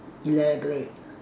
elaborate